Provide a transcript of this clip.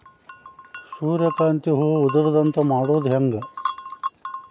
ಸೂರ್ಯಕಾಂತಿ ಹೂವ ಉದರದಂತೆ ಮಾಡುದ ಹೆಂಗ್?